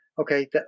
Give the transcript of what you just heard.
okay